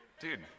Dude